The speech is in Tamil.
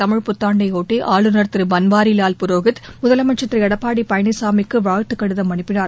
தமிழ்புத்தாண்டையொட்டி ஆளுநர் திரு பன்வாரிலால் புரோஹித் முதலமைச்சர் திரு எடப்பாடி பழனிசாமிக்கு வாழ்த்துக் கடிதம் அனுப்பினார்